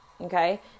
okay